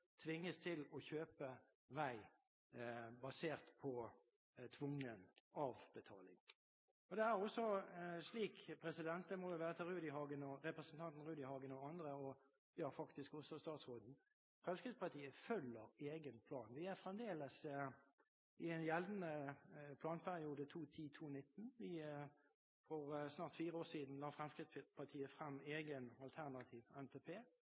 tvinges til å kjøpe vei basert på tvungen avbetaling. Men det er også slik – det må jo være til representanten Rudihagen og andre, ja, faktisk også statsråden – at Fremskrittspartiet følger egen plan. Vi er fremdeles i en gjeldende planperiode, 2010–2019. For snart fire år siden la Fremskrittspartiet frem egen alternativ NTP.